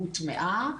הוטמעה.